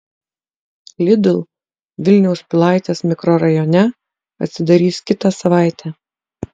lidl vilniaus pilaitės mikrorajone atsidarys kitą savaitę